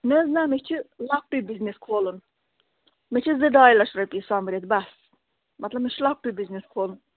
نہَ حظ نہَ مےٚ چھِ لۅکٹٕے بِزنِس کھولُن مےٚ چھِ زٕ ڈاے لَچھ سوٚمبرِتھ بَس مطلب مےٚ چھُ لۅکٹٕے بِزنِس کھولُن